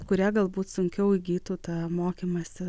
kurie galbūt sunkiau įgytų tą mokymąsi